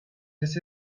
this